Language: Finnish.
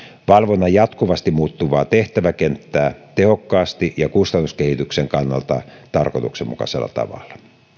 valvonnan jatkuvasti muuttuvaa tehtäväkenttää tehokkaasti ja kustannuskehityksen kannalta tarkoituksenmukaisella tavalla